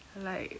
like